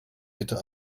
bitte